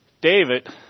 David